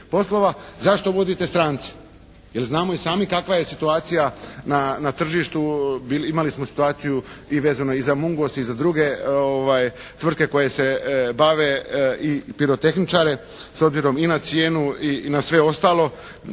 poslova. Zašto uvodite strance? Jer znamo i sami kakva je situacija na tržištu. Imali smo situaciju i vezano i za «Mungos» i za druge tvrtke koje se bave i pirotehničare s obzirom i na cijenu i na sve ostalo.